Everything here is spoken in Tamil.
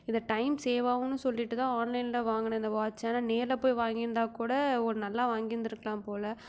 இதை டைம் சேவ் ஆகும்ன்னு சொல்லிவிட்டு தான் ஆன்லைனில் வாங்கினேன் இந்த வாட்ச்சை ஆனால் நேரில் போய் வாங்கியிருந்தா கூட ஒரு நல்லா வாங்கியிருந்துருக்கலாம் போல